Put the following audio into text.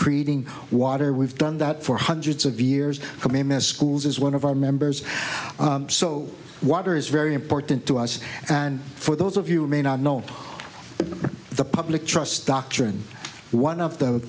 creating water we've done that for hundreds of years but name a schools is one of our members so water is very important to us and for those of you may not know the public trust doctrine one of the